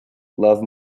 love